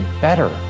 better